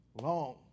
long